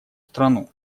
страну